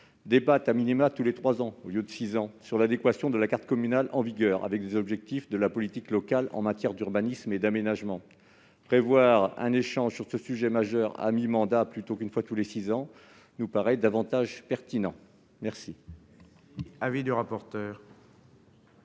débatte tous les trois ans, au lieu de tous les six ans, de l'adéquation de la carte communale en vigueur avec les objectifs de la politique locale en matière d'urbanisme et d'aménagement. Prévoir un échange sur ce sujet majeur à mi-mandat plutôt qu'une fois tous les six ans nous paraît plus pertinent. Quel